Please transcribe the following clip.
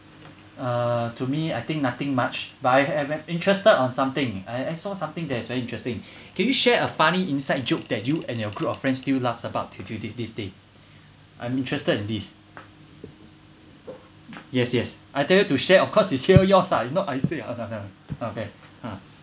uh to me I think nothing much by I've I interested on something I I saw something that is very interesting can you share a funny inside joke that you and your group of friends still laughs about to till these days I'm interested in this yes yes I tell you to share of course it's hear yours lah it's not I share no no no okay ha